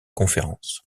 conférence